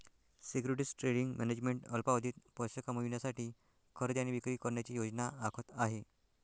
securities trading management अल्पावधीत पैसे कमविण्यासाठी खरेदी आणि विक्री करण्याची योजना आखत आहे